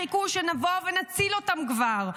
חיכו שנבוא ונציל אותם כבר.